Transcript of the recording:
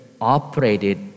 operated